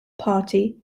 party